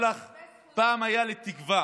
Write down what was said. אני אומר לך שפעם הייתה לי תקווה